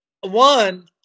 One